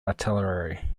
artillery